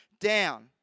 down